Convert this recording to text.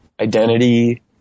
identity